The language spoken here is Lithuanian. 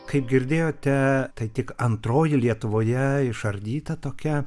kaip girdėjote tai tik antroji lietuvoje išardyta tokia